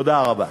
תודה רבה.